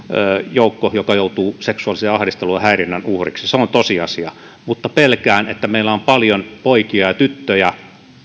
joukko joka joutuu seksuaalisen ahdistelun ja häirinnän uhriksi se on tosiasia mutta pelkään että meillä on paljon poikia ja tyttöjä